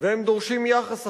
והם דורשים יחס אחר,